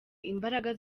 imbaraga